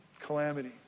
Calamity